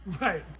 right